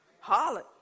Holler